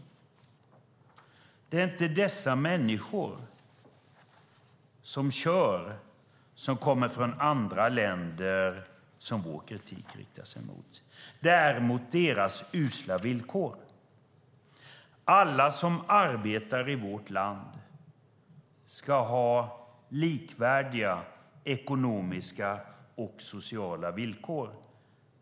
Det är inte de människor som kör och som kommer från andra länder som vår kritik riktar sig emot. Det är mot deras usla villkor. Alla som arbetar i vårt land ska ha likvärdiga ekonomiska och sociala villkor.